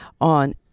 on